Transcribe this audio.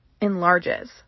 enlarges